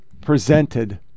presented